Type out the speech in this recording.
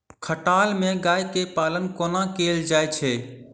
खटाल मे गाय केँ पालन कोना कैल जाय छै?